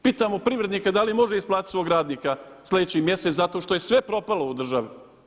Pitamo privrednike da li može isplatiti svog radnika sljedeći mjesec zato što je sve propalo u državi.